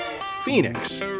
Phoenix